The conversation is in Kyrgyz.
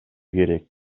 керек